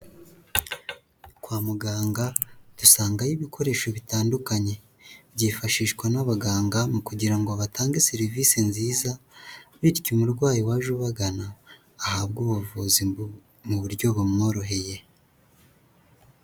Kwa muganga, dusangayo ibikoresho bitandukanye, byifashishwa n'abaganga mu kugira ngo batange serivisi nziza, bityo umurwayi waje ubagana ahabwe ubuvuzi mu buryo bumworoheye.